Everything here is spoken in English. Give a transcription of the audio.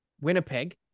Winnipeg